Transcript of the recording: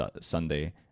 Sunday